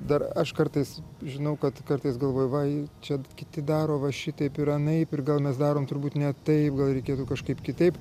dar aš kartais žinau kad kartais galvoju vai čia kiti daro va šitaip ir anaip ir gal mes darom turbūt ne taip gal reikėtų kažkaip kitaip